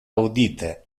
audite